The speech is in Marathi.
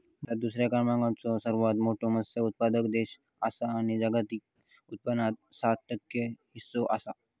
भारत दुसऱ्या क्रमांकाचो सर्वात मोठो मत्स्य उत्पादक देश आसा आणि जागतिक उत्पादनात सात टक्के हीस्सो आसा